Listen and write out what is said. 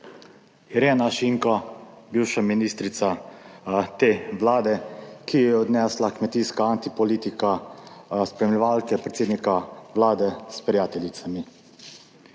Irena Šinko, bivša ministrica te vlade, ki jo je odnesla kmetijska antipolitika spremljevalke predsednika Vlade s prijateljicami.